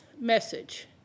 message